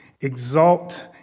exalt